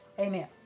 Amen